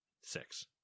six